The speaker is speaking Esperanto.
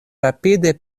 rapide